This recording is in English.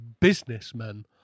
businessmen